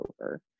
over